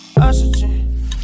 Oxygen